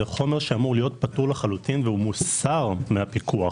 זה חומר שאמור להיות פטור לחלוטין והוא מוסר מהפיקוח.